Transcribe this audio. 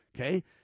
Okay